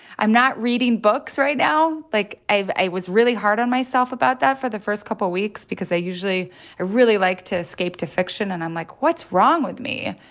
i'm not reading books right now. like, i was really hard on myself about that for the first couple weeks because i usually really like to escape to fiction, and i'm like, what's wrong with me?